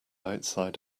outside